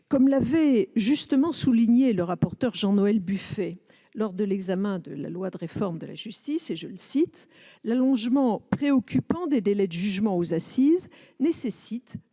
Comme l'avait justement souligné le rapporteur François-Noël Buffet lors de l'examen de la loi de programmation et de réforme pour la justice, « l'allongement préoccupant des délais de jugement aux assises nécessite